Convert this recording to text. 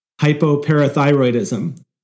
Hypoparathyroidism